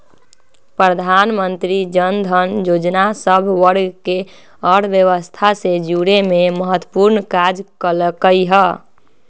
प्रधानमंत्री जनधन जोजना सभ वर्गके अर्थव्यवस्था से जुरेमें महत्वपूर्ण काज कल्कइ ह